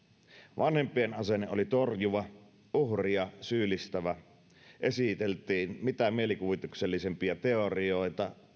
vanhempien asenne oli torjuva uhria syyllistävä oman lapsen syyttömyyden puolesta esiteltiin mitä mielikuvituksellisimpia teorioita